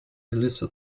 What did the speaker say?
melissa